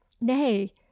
nay